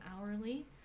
hourly